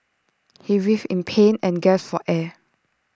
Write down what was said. he writhed in pain and gasped for air